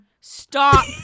Stop